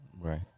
Right